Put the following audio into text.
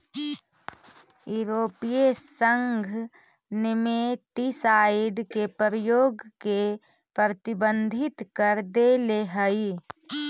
यूरोपीय संघ नेमेटीसाइड के प्रयोग के प्रतिबंधित कर देले हई